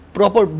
Proper